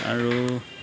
আৰু